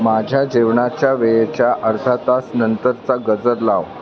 माझ्या जेवणाच्या वेळेच्या अर्धा तासनंतरचा गजर लाव